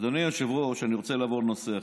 אדוני היושב-ראש, אני רוצה לעבור לנושא אחר.